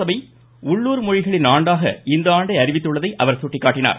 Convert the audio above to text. சபை உள்ளுர் மொழிகளின் ஆண்டாக இந்த ஆண்டை அறிவித்துள்ளதை அவர் சுட்டிக்காட்டினார்